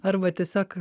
arba tiesiog